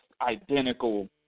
identical